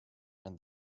and